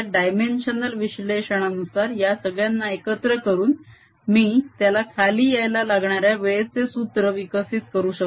dimensional विश्लेषणानुसार या सगळ्यांना एकत्र करून मी त्याला खाली यायला लागणाऱ्या वेळेचे सूत्र विकसित करू शकतो